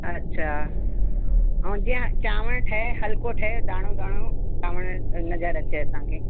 अच्छा ऐं जीअं चांवर ठहे हल्को ठहे दाणो दाणो चांवर नजर अचे असांखे